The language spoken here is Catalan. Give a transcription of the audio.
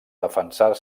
defensar